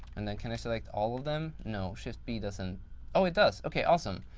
and then can i select all of them? no, shift b doesn't oh, it does. okay. awesome.